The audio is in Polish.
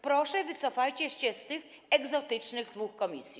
Proszę, wycofajcie się z tych egzotycznych dwóch komisji.